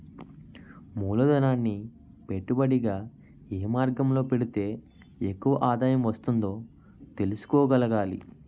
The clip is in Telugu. మూలధనాన్ని పెట్టుబడిగా ఏ మార్గంలో పెడితే ఎక్కువ ఆదాయం వస్తుందో తెలుసుకోగలగాలి